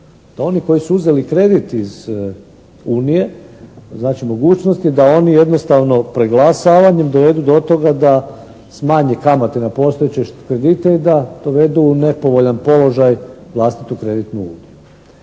da oni koji su uzeli kredit iz unije, znači mogućnost je da oni jednostavno preglasavanjem dovedu do toga da smanji kamate na postojeće kredite i da dovedu u nepovoljan položaj vlastitu kreditnu uniju.